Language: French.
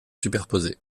superposés